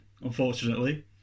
unfortunately